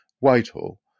Whitehall